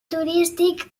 turístic